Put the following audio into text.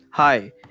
Hi